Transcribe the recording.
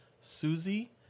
Susie